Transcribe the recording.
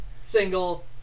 single